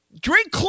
drink